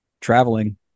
traveling